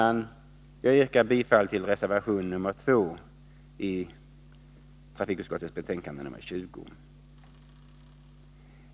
Jag yrkar bifall till reservation 2 i TU:s betänkande nr 20.